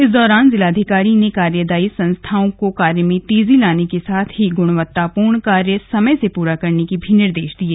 इस दौरान जिलाधिकारी ने कार्यदायी संस्थाओं को कार्य में तेजी लाने के साथ ही गणवत्तापूर्ण कार्य समय से पूरे करने के निर्देश दिये